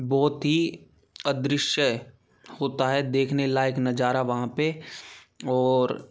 बहुत ही अदृश्य होता है देखने लायक नज़ारा वहाँ पर और